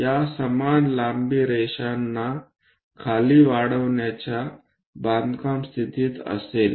या समान लांबी रेषांना खाली वाढविण्याची बांधकाम स्थितीत असेल